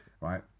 right